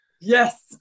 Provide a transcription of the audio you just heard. Yes